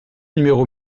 numéro